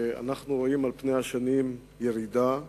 על פני השנים אנחנו רואים ירידה.